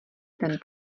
ten